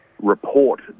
report